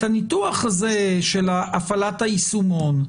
את הניתוח הזה של הפעלת היישומון,